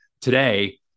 today